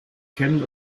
kennen